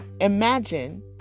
Imagine